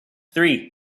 three